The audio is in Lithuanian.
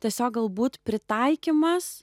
tiesiog galbūt pritaikymas